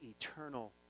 eternal